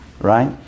right